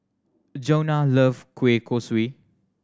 Johnna love kueh kosui